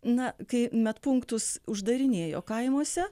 na kai medpunktus uždarinėjo kaimuose